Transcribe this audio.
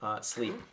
Sleep